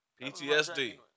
PTSD